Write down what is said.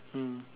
mm